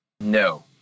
No